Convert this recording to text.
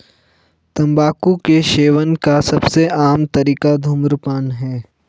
तम्बाकू के सेवन का सबसे आम तरीका धूम्रपान है